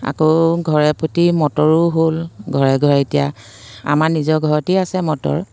আকৌ ঘৰে প্ৰতি মটৰো হ'ল ঘৰে ঘৰে এতিয়া আমাৰ নিজৰ ঘৰতেই আছে মটৰ